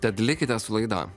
tad likite su laida